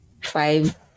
five